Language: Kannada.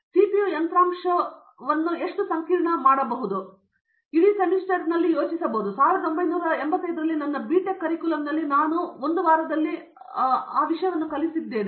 ಇಲ್ಲ ನಾನು ಸಿಪಿಯು ಯಂತ್ರಾಂಶವನ್ನು ಎಷ್ಟು ಸಂಕೀರ್ಣತೆ ಮಾಡಬಲ್ಲೆ ಹಾಗಾಗಿ ಇಡೀ ಸೆಮಿಸ್ಟರ್ಗೆ ಯೋಚಿಸಿದ್ದೆಂದರೆ 1985 ರಲ್ಲಿ ನನ್ನ ಬಿ ಟೆಕ್ ಕರಿಕ್ಯುಲಮ್ನಲ್ಲಿ ನಾನು ಅದೇ ವಾರದಲ್ಲಿ ಅದೇ ವಿಷಯವನ್ನು ಕಲಿಸುತ್ತೇನೆ